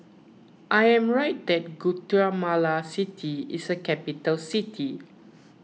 I am right that Guatemala City is a capital city